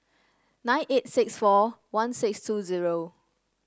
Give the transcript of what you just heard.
nine eight six four one six two zero